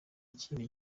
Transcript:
ikintu